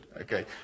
okay